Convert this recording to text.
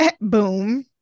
Boom